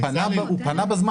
הוא פנה בזמן.